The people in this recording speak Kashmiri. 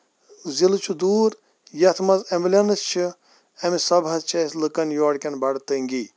ضِلعہٕ چھُ دوٗر یَتھ منٛز ایٚمبلینٕس چھِ اَمہِ حِسابہٕ چھِ أسۍ لُکن یورٕ کٮ۪ن بَڑٕ تنگی